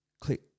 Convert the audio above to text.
click